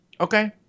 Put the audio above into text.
Okay